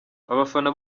abafana